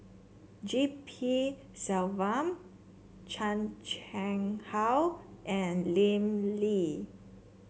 G P Selvam Chan Chang How and Lim Lee